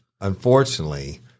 Unfortunately